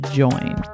join